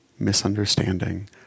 Misunderstanding